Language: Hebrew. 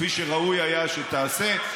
כפי שראוי היה שתעשה.